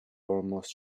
almost